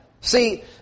See